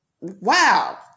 wow